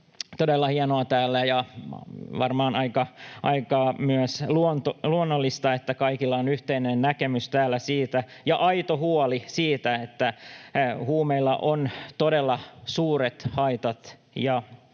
todella hienoa ja varmaan myös aika luonnollista, että kaikilla on täällä yhteinen näkemys ja aito huoli siitä, että huumeilla on todella suuret haitat.